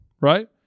right